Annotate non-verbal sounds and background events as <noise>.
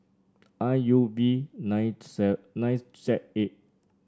I U V nine <unintelligible> Z eight